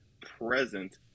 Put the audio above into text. present